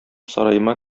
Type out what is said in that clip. сараема